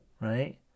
Right